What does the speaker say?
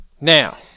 Now